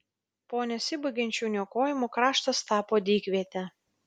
po nesibaigiančių niokojimų kraštas tapo dykviete